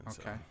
Okay